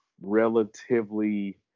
relatively